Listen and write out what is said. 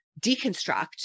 deconstruct